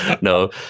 no